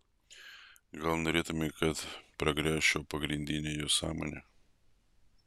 gal norėtumei kad pragręžčiau pagrindinę jo sąmonę